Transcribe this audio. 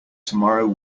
tomorrow